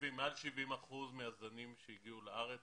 מעל 70 אחוזים מהזנים שהגיעו לארץ,